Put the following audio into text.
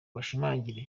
bashimangira